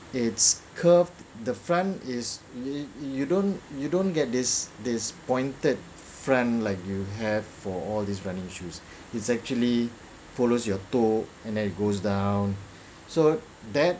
it's curved the front is you you don't you don't get this this pointed front like you have for all these running shoes it's actually follows your toe and then it goes down so that